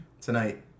tonight